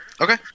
Okay